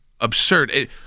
absurd